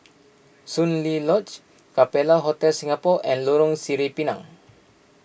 Soon Lee Lodge Capella Hotel Singapore and Lorong Sireh Pinang